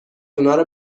اونارو